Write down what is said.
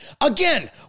Again